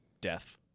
death